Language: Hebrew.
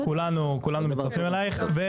כולנו מצטרפים אלייך.